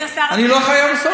אני לא חייב לעשות את זה.